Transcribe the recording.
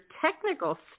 technical